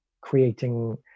creating